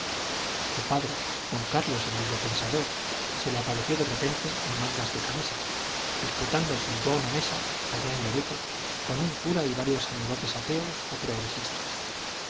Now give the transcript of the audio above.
su padre don carlos el libre pensador se le apareció de repente en mangas de camisa disputando junto a una mesa allá en loreto con un cura y varios amigotes ateos o progresistas